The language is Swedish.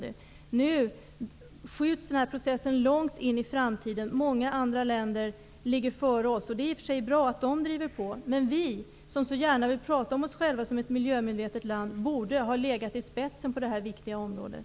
Men nu skjuts processen långt in i framtiden. Många andra länder ligger före oss -- det är i och för sig bra att andra länder driver på -- men vi, som så gärna vill prata om oss själva som ett miljömedvetet land, borde ha legat i spetsen på det här viktiga området.